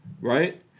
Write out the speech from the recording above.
Right